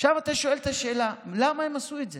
עכשיו אתה שואל את השאלה: למה הם עשו את זה?